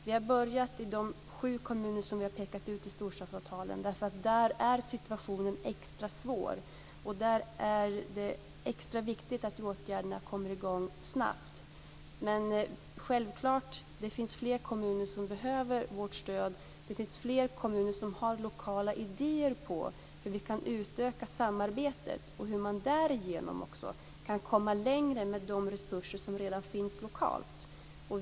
Vi har börjat i de sju kommuner som jag pekat ut i storstadspropositionen därför att där är situationen extra svår, och där är det extra viktigt att åtgärderna kommer i gång snabbt. Men självklart finns det fler kommuner som behöver vårt stöd. Det finns fler kommuner som har lokala idéer på hur vi kan utöka samarbetet och hur man därigenom kan komma längre med de resurser som redan finns lokalt.